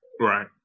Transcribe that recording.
Right